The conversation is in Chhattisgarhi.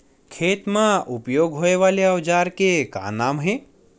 खेत मा उपयोग होए वाले औजार के का नाम हे?